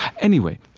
anyway,